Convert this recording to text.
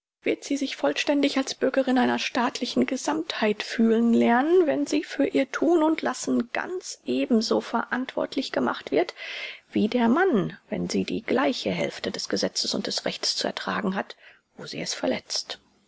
wird sie sich vollständig als bürgerin einer staatlichen gesammtheit fühlen lernen wenn sie für ihr thun und lassen ganz ebenso verantwortlich gemacht wird wie der mann wenn sie die gleiche härte des gesetzes und des rechtes zu ertragen hat wo sie es verletzt